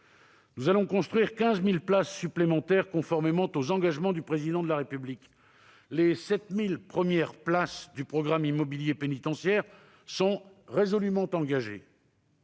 Nous allons construire 15 000 places supplémentaires, conformément aux engagements du Président de la République. Les 7 000 premières places du programme immobilier pénitentiaire sont résolument engagées.